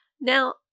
Now